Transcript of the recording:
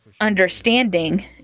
understanding